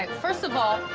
and first of all,